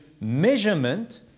measurement